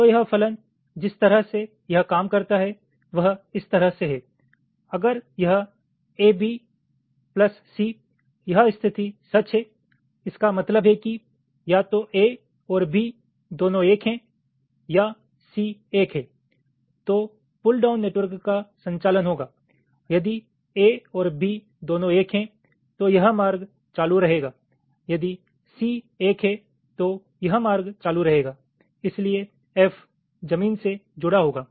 तो यह फलन जिस तरह से यह काम करता है वह इस तरह से है अगर यह ab c यह स्थिति सच है इसका मतलब है कि या तो a और b दोनों एक है या c एक है तो पुल डाउन नेटवर्क का संचालन होगा यदि a और b दोनों एक हैं तो यह मार्ग चालू रहेगा यदि c एक है तो यह मार्ग चालू रहेगा इसलिए f जमीन से जुड़ा होगा